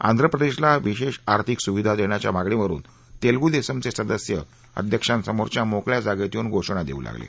आंध्र प्रदेशला विशेष आर्थिक सुविधा देण्याच्या मागणीवरुन तेलगु देसमचे सदस्य अध्यक्षांसमोरच्या मोकळ्या जागेत येऊन घोषणा देवू लागले